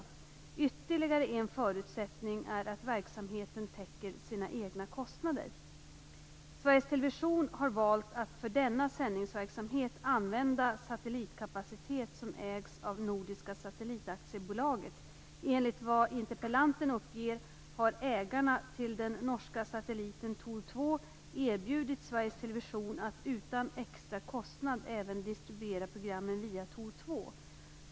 Ytterligare en förutsättning är att verksamheten täcker sina egna kostnader. Sveriges Television har valt att för denna sändningsverksamhet använda satellitkapacitet som ägs av Enligt vad interpellanten uppger har ägarna till den norska satelliten Thor 2 erbjudit Sveriges Television att utan extra kostnad även distribuera programmen via Thor 2.